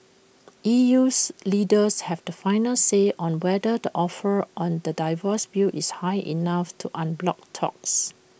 EU's leaders have the final say on whether the offer on the divorce bill is high enough to unblock talks